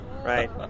right